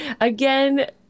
again